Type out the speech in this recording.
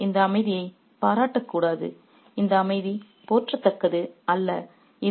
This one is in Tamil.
மீண்டும் இந்த அமைதியைப் பாராட்டக்கூடாது இந்த அமைதி போற்றத்தக்கது அல்ல